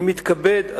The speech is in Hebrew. אני מתכבד,